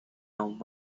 not